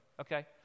okay